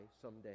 someday